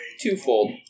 twofold